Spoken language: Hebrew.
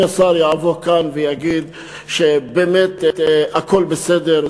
השר יבוא ויגיד כאן שבאמת הכול בסדר.